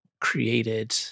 created